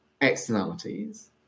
externalities